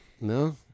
No